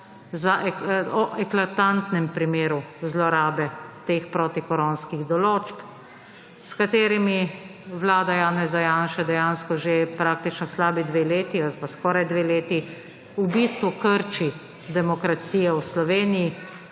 o eklatantnem primeru zlorabe teh protikoronskih določb, s katerimi vlada Janeza Janše dejansko že praktično slabi dve leti ali pa skoraj dve leti v bistvu krči demokracijo v Sloveniji